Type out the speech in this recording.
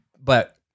But-